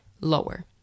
lower